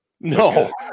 No